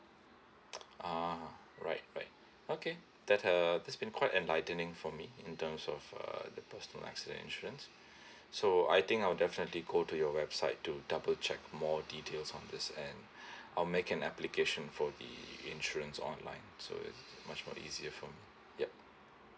ah right right okay that uh that's been quite enlightening for me in terms of uh the personal accident insurance so I think I'll definitely go to your website to double check more details on this and I'll make an application for the insurance online so it's much more easier for me yup